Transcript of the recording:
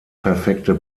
perfekte